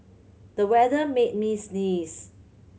the weather made me sneeze